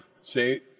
say